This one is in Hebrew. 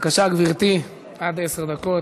בבקשה, גברתי, עד עשר דקות.